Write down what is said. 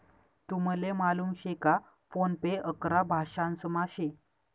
तुमले मालूम शे का फोन पे अकरा भाषांसमा शे